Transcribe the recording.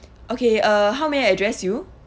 okay uh how may I address you